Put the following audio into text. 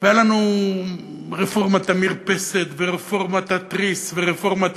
היו לנו רפורמת המרפסת ורפורמת התריס ורפורמת